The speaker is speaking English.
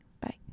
bye